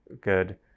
good